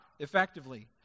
effectively